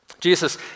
Jesus